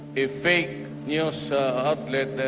a fake news outlet, then.